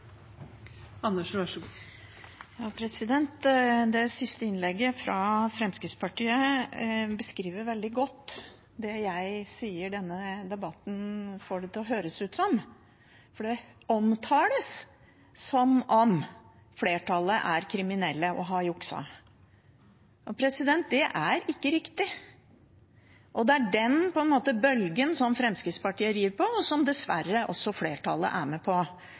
Det siste innlegget fra Fremskrittspartiet beskriver veldig godt det jeg sier denne debatten får det til å høres ut som, for det omtales som om flertallet er kriminelle og har jukset. Det er ikke riktig. Det er den bølgen Fremskrittspartiet rir på, og som dessverre også flertallet er med på